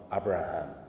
Abraham